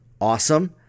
awesome